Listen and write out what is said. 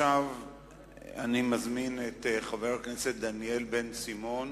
מזמין את חבר הכנסת דניאל בן-סימון